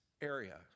area